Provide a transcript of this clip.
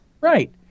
Right